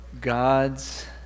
God's